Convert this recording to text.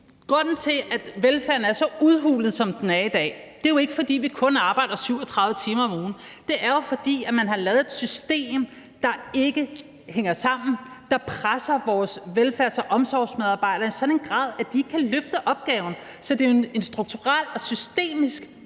grunden til, at velfærden er så udhulet, som den er i dag, jo ikke er, at vi kun arbejder 37 timer om ugen, men fordi man har lavet et system, der ikke hænger sammen, og som presser vores velfærds- og omsorgsmedarbejdere i en sådan grad, at de ikke kan løfte opgaven. Så det er et strukturelt og systemisk